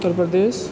Uttar Pradesh